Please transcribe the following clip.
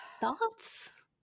Thoughts